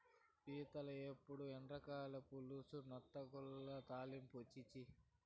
పీతల ఏపుడు, ఎండ్రకాయల పులుసు, నత్తగుల్లల తాలింపా ఛీ ఛీ